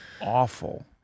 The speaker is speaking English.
awful